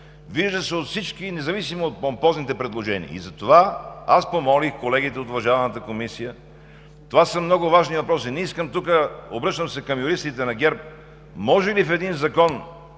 вижда се от всички, независимо от помпозните предложения и затова помолих колегите от уважаваната комисия – това са много важни въпроси и не искам тук… Обръщам се към юристите на ГЕРБ: може ли в един закон,